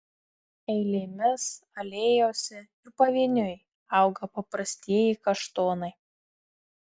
eilėmis alėjose ir pavieniui auga paprastieji kaštonai